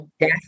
death